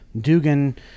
Dugan